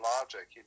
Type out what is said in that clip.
logic